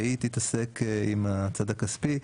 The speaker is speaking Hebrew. והיא תתעסק עם הצד הכספי.